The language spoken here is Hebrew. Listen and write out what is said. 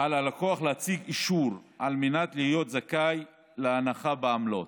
על הלקוח להציג אישור על מנת להיות זכאי להנחה בעמלות.